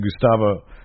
Gustavo